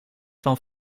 van